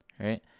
right